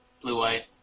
blue-white